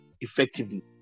effectively